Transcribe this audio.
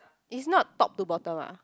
it's not top to bottom ah